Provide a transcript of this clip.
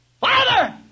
Father